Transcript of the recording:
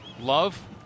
Love